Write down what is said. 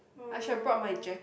oh no